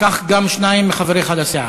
כך גם שניים מחבריך לסיעה.